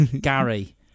Gary